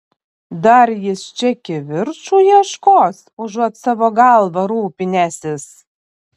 dar jis čia kivirču ieškos užuot savo galva rūpinęsis